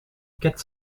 quatre